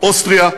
אוסטריה,